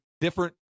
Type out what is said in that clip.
different